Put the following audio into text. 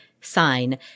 sign